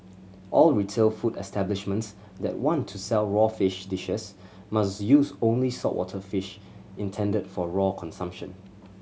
all retail food establishments that want to sell raw fish dishes must use only saltwater fish intended for raw consumption